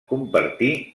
compartir